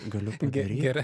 galiu padaryt